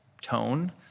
tone